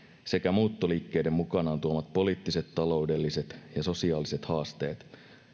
sekä muuttoliikkeiden mukanaan tuomat poliittiset taloudelliset ja sosiaaliset haasteet